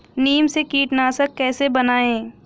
नीम से कीटनाशक कैसे बनाएं?